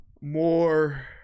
More